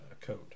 code